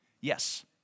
Yes